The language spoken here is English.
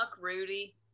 rudy